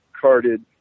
carded